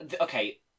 okay